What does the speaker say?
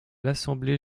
l’assemblée